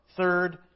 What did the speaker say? third